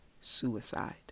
suicide